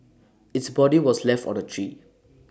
its body was left on A tree